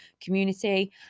Community